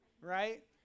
right